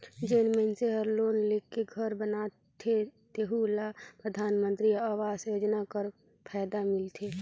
जेन मइनसे हर लोन लेके घर बनाथे तेहु ल परधानमंतरी आवास योजना कर फएदा मिलथे